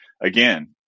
Again